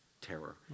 terror